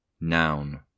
noun